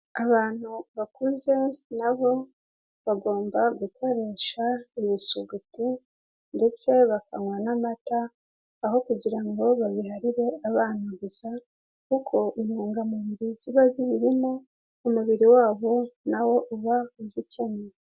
Abantu bakuze na bo bagomba gukoresha ibisuguti ndetse bakanywa n'amata, aho kugira ngo babiharire abana gusa kuko intungamubiri ziba zibirimo umubiri wabo na wo uba uzikeneye.